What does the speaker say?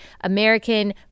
American